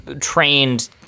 trained